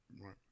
Right